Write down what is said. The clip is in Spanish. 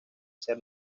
ser